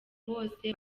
bose